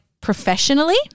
professionally